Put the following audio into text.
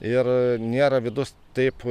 ir nėra vidus taip